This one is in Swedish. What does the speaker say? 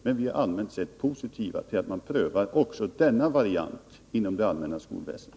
Men vi är allmänt sett positiva till att man prövar också denna variant inom det allmänna skolväsendet.